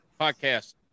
Podcast